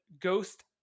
Ghost